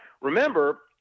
remember